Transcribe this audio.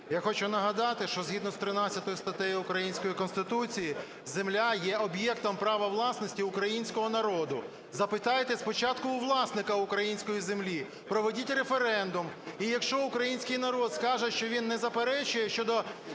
Я хочу нагадати, що згідно з 13 статтею української Конституції земля є об'єктом права власності українського народу. Запитайте спочатку у власника української землі, проведіть референдум. І якщо український народ скаже, що він не заперечує щодо